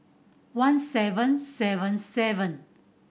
one seven seven seven